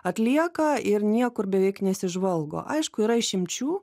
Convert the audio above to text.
atlieka ir niekur beveik nesižvalgo aišku yra išimčių